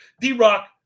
D-Rock